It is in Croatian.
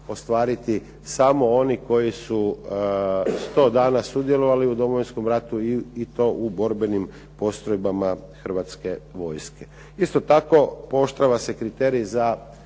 ostvariti samo oni koji su 100 dana sudjelovali u Domovinskom ratu i to u borbenim postrojbama Hrvatske vojske. Isto tako pooštrava se kriterij za